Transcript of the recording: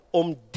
om